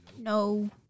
No